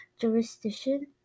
jurisdiction